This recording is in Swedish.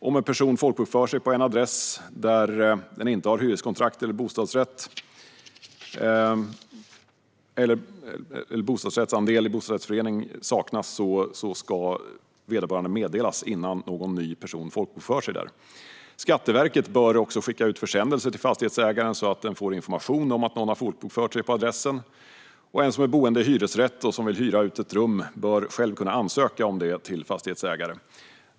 Om en person försöker folkbokföra sig på en adress där han eller hon inte har hyreskontrakt eller andel i bostadsrättsförening ska den som innehar detta meddelas innan någon ny person folkbokför sig där. Skatteverket bör skicka ut en försändelse till fastighetsägaren så att denne får information om att någon har folkbokfört sig på adressen. Den som är boende i hyresrätt och vill hyra ut ett rum bör själv kunna ansöka om detta hos fastighetsägaren.